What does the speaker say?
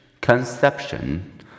Conception